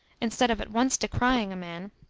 instead of at once decrying a man,